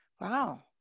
wow